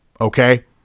okay